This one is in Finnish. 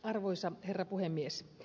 arvoisa herra puhemies